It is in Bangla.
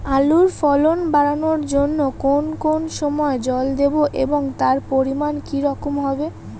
আলুর ফলন বাড়ানোর জন্য কোন কোন সময় জল দেব এবং তার পরিমান কি রকম হবে?